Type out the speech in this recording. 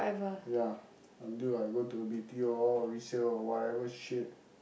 ya until I go to B_T_O or resale or whatever shit